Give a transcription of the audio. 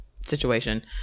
situation